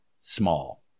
small